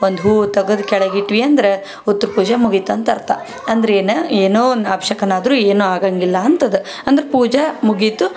ಒಂದು ಹೂ ತೆಗೆದು ಕೆಳಗೆ ಇಟ್ವಿ ಅಂದ್ರೆ ಉತ್ರ ಪೂಜೆ ಮುಗಿತಂತ ಅರ್ಥ ಅಂದ್ರೆ ಏನು ಏನೋ ಒಂದು ಅಪಶಕುನ ಆದ್ರೂ ಏನೂ ಆಗೋಂಗಿಲ್ಲ ಅಂಥದ್ದು ಅಂದ್ರೆ ಪೂಜೆ ಮುಗೀತು